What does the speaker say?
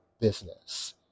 business